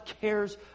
cares